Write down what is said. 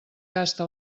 gasta